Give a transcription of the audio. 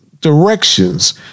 directions